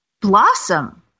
Blossom